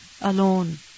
alone